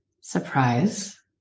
surprise